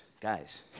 guys